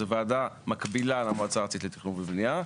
זו וועדה מקבילה למועצה הארצית לתכנון ובנייה,